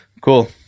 Cool